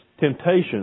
temptations